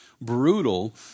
brutal